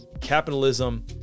capitalism